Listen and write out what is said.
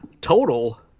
total